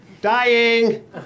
Dying